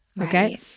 Okay